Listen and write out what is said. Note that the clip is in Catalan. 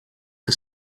que